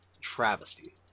travesty